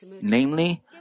Namely